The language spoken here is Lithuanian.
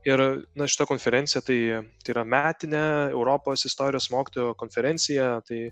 ir na šita konferencija tai tai yra metinė europos istorijos mokytojų konferencija tai